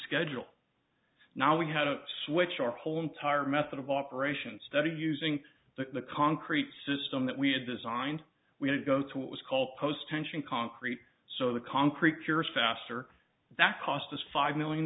schedule now we had to switch our whole entire method of operation study using the concrete system that we had designed we did go to what was called post tension concrete so the concrete cures faster that cost us five million